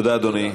תודה, אדוני.